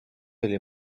oli